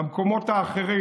במקומות האחרים.